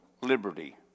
liberty